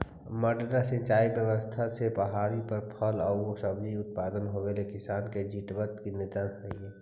मड्डा सिंचाई व्यवस्था से पहाड़ी पर फल एआउ सब्जि के उत्पादन होवेला किसान के जीवटता के निदर्शन हइ